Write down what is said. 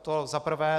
To za prvé.